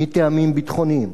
"מטעמים ביטחוניים".